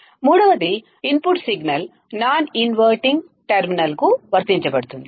మూడవది input signal non inverting టెర్మినల్కు వర్తించబడుతుంది